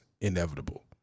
inevitable